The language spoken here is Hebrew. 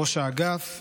ראש האגף,